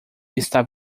está